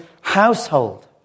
household